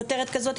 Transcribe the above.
כותרת אחרת,